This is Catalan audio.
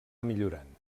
millorant